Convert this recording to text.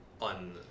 on